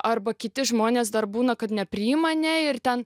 arba kiti žmonės dar būna kad nepriima ne ir ten